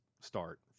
start